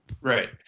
Right